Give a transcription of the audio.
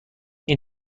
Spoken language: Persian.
این